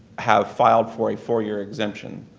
have filed for a four-year exemption.